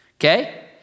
okay